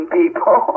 people